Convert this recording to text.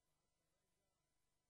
כל מי שמעוניין ילחץ על הכפתור.